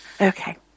okay